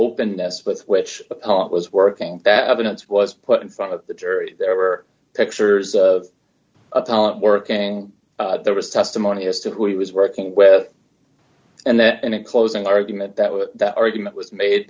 openness with which it was working that evidence was put in front of the jury there were pictures of a talent working there was testimony as to who he was working with and that in a closing argument that was that argument was made